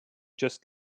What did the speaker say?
just